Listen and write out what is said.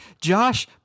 Josh